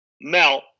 Mel